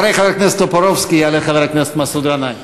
אחרי חבר הכנסת טופורובסקי יעלה חבר הכנסת מסעוד גנאים.